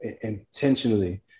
intentionally